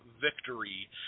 victory